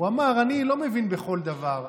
הוא אמר: אני לא מבין בכל דבר,